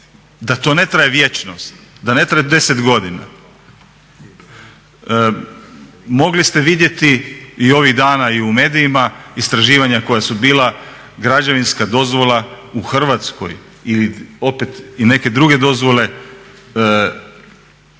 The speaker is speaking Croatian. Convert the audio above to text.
da to ne traje vječnost, da ne traje 10 godina. Mogli ste vidjeti ovih dana i u medijima istraživanja koja su bila, građevinska dozvola u Hrvatskoj ili opet i neke druge dozvole. Njihovo